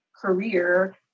career